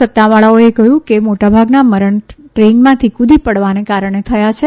સત્તાવારોએ કહ્યું કે મોટાભાગના મરણ ટ્રેનમાંથી કૂદી પડવાને કારણે થયા છે